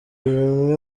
bimwe